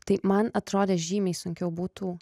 tai man atrodė žymiai sunkiau būtų